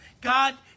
God